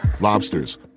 Lobsters